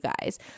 guys